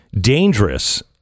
dangerous